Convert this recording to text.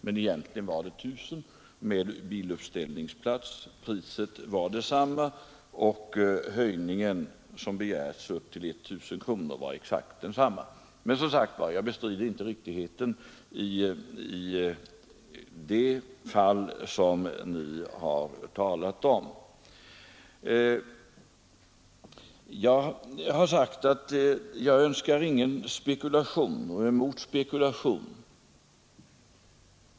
Men egentligen var det 1000 m? med biluppställningsplats. Priset var detsamma och höjningen som begärts av arrendet, upptill 1 000 kronor, var exakt densamma. Men som sagt jag bestrider inte riktigheten av uppgifterna beträffande det fall som ni har talat om. Jag har sagt att jag är emot markspekulation.